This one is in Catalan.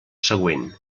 següent